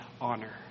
honor